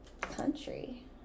country